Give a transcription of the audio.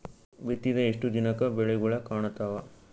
ಬಿತ್ತಿದ ಎಷ್ಟು ದಿನಕ ಬೆಳಿಗೋಳ ಕಾಣತಾವ?